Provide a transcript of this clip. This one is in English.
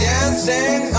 Dancing